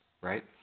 right